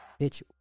Bitch